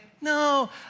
No